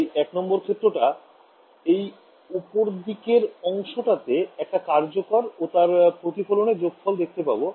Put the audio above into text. তাই ১ নং ক্ষেত্রটা এই ওপর দিকের অংশটাতে একটা কার্যকর ও টার প্রতিফলনের যোগফল দেখতে পাবো